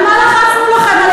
על מה לחצנו לכם?